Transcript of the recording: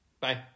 bye